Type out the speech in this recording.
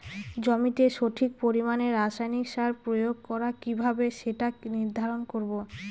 জমিতে সঠিক পরিমাণে রাসায়নিক সার প্রয়োগ করা কিভাবে সেটা নির্ধারণ করব?